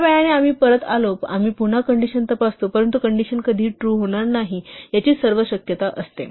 थोड्या वेळाने आम्ही परत आलो आम्ही पुन्हा कंडिशन तपासतो परंतु कंडिशन कधीही ट्रू होणार नाही याची सर्व शक्यता असते